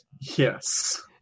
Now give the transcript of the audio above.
Yes